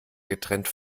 getrennt